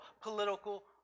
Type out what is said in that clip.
political